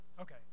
Okay